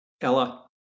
Ella